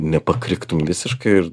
nepakriktum visiškai ir